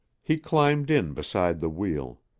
he climbed in beside the wheel.